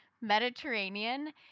Mediterranean